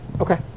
Okay